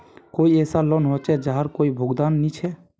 कोई ऐसा लोन होचे जहार कोई भुगतान नी छे?